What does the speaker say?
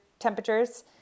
temperatures